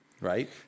right